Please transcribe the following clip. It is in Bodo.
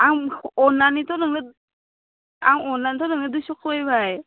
आं अननानैथ' नोंनो आं अननानैथ' नोंनो दुइस खमायबाय